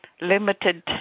limited